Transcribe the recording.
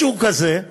משהו כזה,